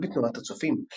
ופעל בתנועת הצופים.